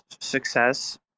success